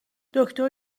دکتر